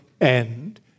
end